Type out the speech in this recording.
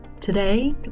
Today